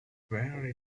very